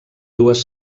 dues